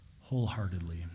wholeheartedly